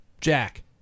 Jack